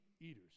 eaters